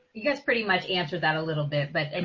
you guys pretty much answered that a little bit, but